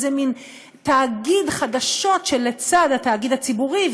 איזה מין תאגיד חדשות שלצד התאגיד הציבורי,